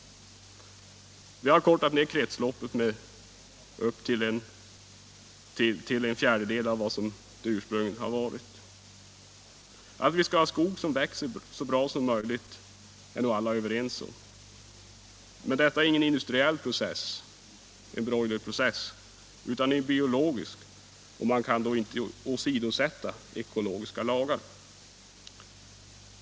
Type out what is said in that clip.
Vi har kortat ned kretsloppet till en fjärdedel av vad det ursprungligen var. Att vi skall ha skog som växer så bra som möjligt är alla överens om. Men detta är ingen industriell process, ingen broilerprocess, utan en biologisk process, och man kan inte åsidosätta ekologiska lagar.